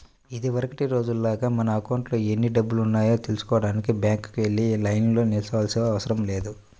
ఇదివరకటి రోజుల్లాగా మన అకౌంట్లో ఎన్ని డబ్బులున్నాయో తెల్సుకోడానికి బ్యాంకుకి వెళ్లి లైన్లో నిల్చోనవసరం లేదు